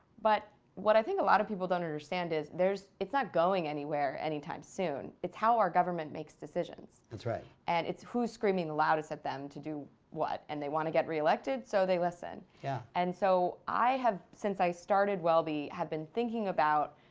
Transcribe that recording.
but what i think a lot of people don't understand is it's not going anywhere anytime soon. it's how our government makes decisions. that's right. and it's who's screaming the loudest at them to do what and they want to get reelected, so they listen. yeah and so, i have, since i started wellbe, have been thinking about,